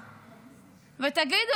ותגידו,